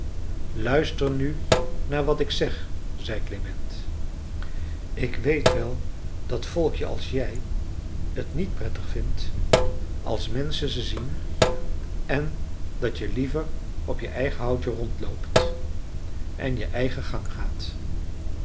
luister nu naar wat ik zeg zei klement ik weet wel dat volkje als jij t niet prettig vindt als menschen ze zien en dat je liever op je eigen houtje rondloopt en je eigen gang gaat